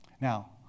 Now